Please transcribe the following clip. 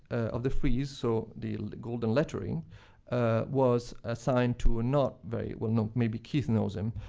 of the frieze so the golden lettering was assigned to a not very well-known. maybe keith knows him,